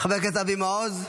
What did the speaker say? חבר הכנסת אבי מעוז,